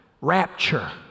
Rapture